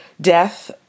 Death